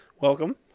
Welcome